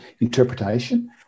interpretation